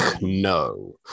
no